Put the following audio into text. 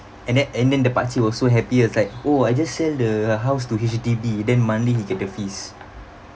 and then and then the pakcik also happy was like oh I just sell the house to H_D_B then monthly he get the fees